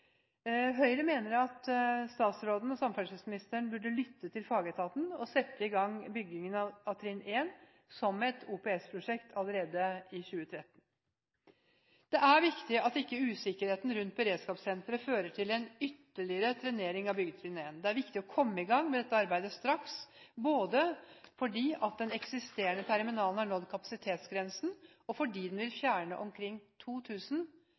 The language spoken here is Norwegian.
Høyre mener at samferdselsministeren burde lytte til fagetaten og sette i gang byggingen av trinn 1 som et OPS-prosjekt allerede i 2013. Det er viktig at ikke usikkerheten rundt beredskapssenteret fører til en ytterligere trenering av byggetrinn 1. Det er viktig å komme i gang med dette arbeidet straks, både fordi den eksisterende terminalen har nådd kapasitetsgrensen, og fordi den vil fjerne omkring